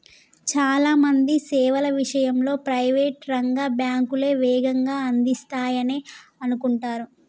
చాలా మంది సేవల విషయంలో ప్రైవేట్ రంగ బ్యాంకులే వేగంగా అందిస్తాయనే అనుకుంటరు